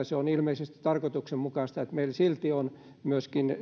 se on ilmeisesti tarkoituksenmukaista että meillä silti on myöskin